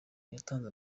yatanze